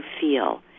feel